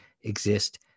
exist